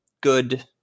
good